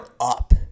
up